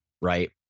right